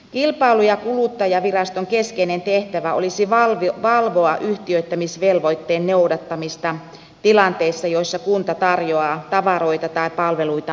kilpailu ja kuluttajaviraston keskeinen tehtävä olisi valvoa yhtiöittämisvelvoitteen noudattamista tilanteissa joissa kunta tarjoaa tavaroita tai palveluita markkinaympäristössä